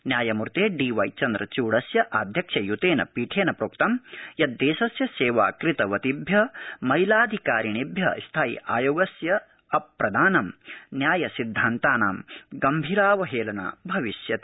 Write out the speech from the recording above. न्यायमूर्ते D Y चन्द्रच्ड़स्य आध्यक्ष्यय्तेन पीठेन प्रोक्तं यत् देशस्य सेवा कृतवर्तीभ्य महिलाधिकारिणीभ्य स्थायि आयोगस्य अप्रदानं न्यायसिद्धान्तानां गम्भीरावहेलना भविष्यति